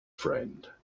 friend